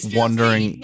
wondering